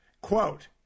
quote